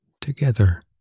Together